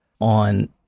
on